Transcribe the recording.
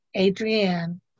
Adrienne